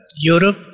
Europe